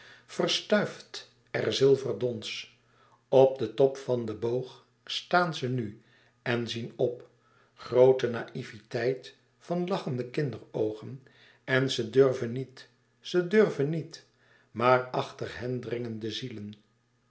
verstuift er zilver dons op den top van den boog staan ze nu en zien op grote naïveteit van lachende kinderoogen en ze durven niet ze durven niet maar achter hen dringen de zielen